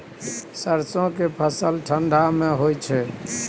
सरसो के फसल ठंडा मे होय छै?